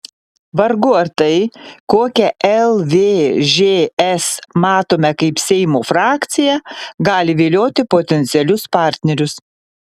vargu ar tai kokią lvžs matome kaip seimo frakciją gali vilioti potencialius partnerius